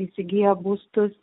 įsigyja būstus